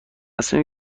صمیم